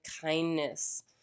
kindness